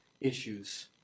issues